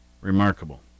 Remarkable